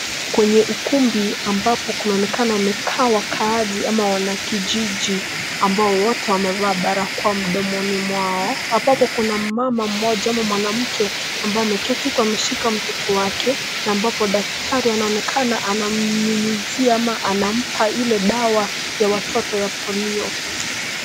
Kwenye ukumbi ambapo kunaonekana wamekaa wakaazi ama wanakijiji ambao wote wamevaa barakoa mdomoni mwao, hapohapo kuna mama mmoja au mwanamke ambaye ameketi huku ameshika mtoto wake na ambapo daktari anaonekana anamnyunyuzia ama anampa ile dawa ya watoto ya polio.